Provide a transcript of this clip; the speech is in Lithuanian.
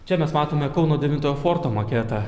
čia mes matome kauno devintojo forto maketą